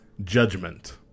Judgment